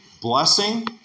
blessing